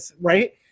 right